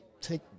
take